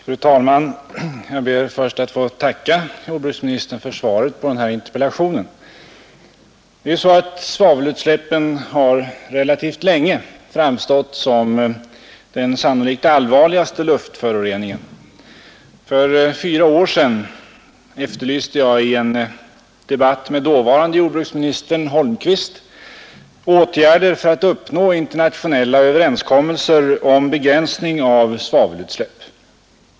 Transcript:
Fru talman! Jag ber först att få tacka jordbruksministern för svaret på min interpellation. Svavelutsläppen har relativt länge framstått som den sannolikt allvarligaste luftföroreningen. För fyra år sedan efterlyste jag i en debatt med dåvarande jordbruksministern Holmqvist åtgärder för att uppnå internationella överenskommelser om begränsning av svavelutsläpp.